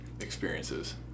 experiences